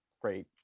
great